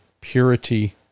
purity